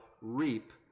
reap